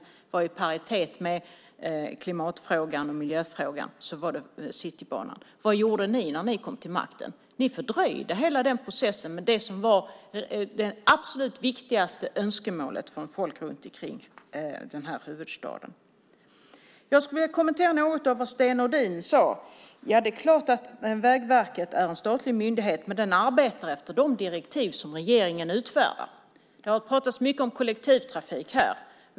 Citybanan var i paritet med klimatfrågan och miljöfrågan. Vad gjorde ni när ni kom till makten? Ni fördröjde hela processen för det som var det absolut viktigaste önskemålet för människor runtikring huvudstaden. Jag skulle vilja kommentera något av det Sten Nordin sade. Det är klart att Vägverket är en statlig myndighet. Men den arbetar efter de direktiv som regeringen utfärdar. Det har talats mycket om kollektivtrafik här.